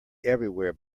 everywhere